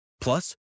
Plus